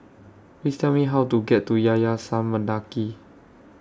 Please Tell Me How to get to Yayasan Mendaki